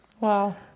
Wow